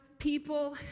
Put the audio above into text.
People